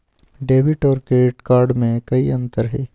Debit और credit card में कई अंतर हई?